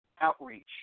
outreach